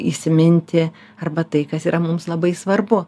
įsiminti arba tai kas yra mums labai svarbu